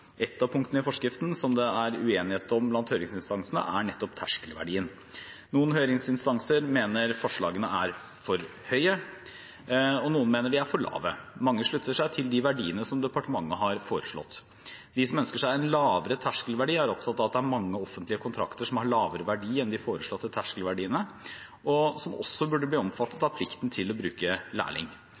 av punktene i forskriften som det er uenighet om blant høringsinstansene, er nettopp terskelverdien. Noen høringsinstanser mener forslagene er for høye, og noen mener de er for lave. Mange slutter seg til de verdiene som departementet har foreslått. De som ønsker seg en lavere terskelverdi, er opptatt av at det er mange offentlige kontrakter som har lavere verdi enn de foreslåtte terskelverdiene, og som også burde bli omfattet av plikten til å bruke lærling.